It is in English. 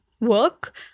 work